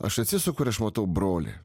aš atsisuku ir aš matau brolį